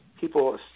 people